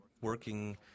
working